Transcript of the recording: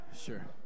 Sure